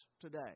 today